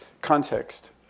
context